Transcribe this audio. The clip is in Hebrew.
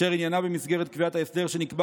אשר עניינה במסגרת קביעת ההסדר שנקבע